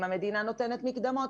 אם המדינה נותנת מקדמות",